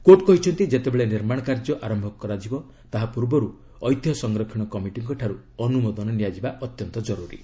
court କହିଛନ୍ତି ଯେତେବେଳେ ନିର୍ମାଣକାର୍ଯ୍ୟ ଆରମ୍ଭ କରାଇବ ତାହା ପୂର୍ବରୁ ଐତିହ୍ୟ ସଂରକ୍ଷଣ କମିଟିଙ୍କ ଠାରୁ ଅନୁମୋଦନ ନିଆଯିବା ଅତ୍ୟନ୍ତ ଜରୁରୀ